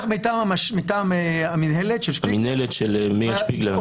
מטעם המינהלת של שפיגלר.